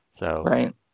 Right